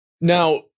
Now